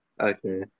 Okay